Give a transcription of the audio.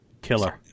Killer